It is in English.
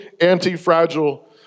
anti-fragile